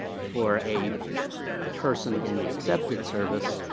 for a ah person in the excepted service,